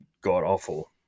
god-awful